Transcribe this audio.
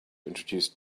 introduce